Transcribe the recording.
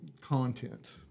content